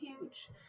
huge